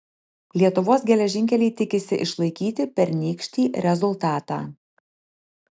lietuvos geležinkeliai tikisi išlaikyti pernykštį rezultatą